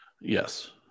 Yes